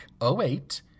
08